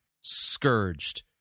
scourged